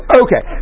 okay